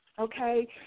okay